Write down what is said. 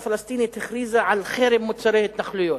הפלסטינית הכריזה על חרם על מוצרי התנחלויות.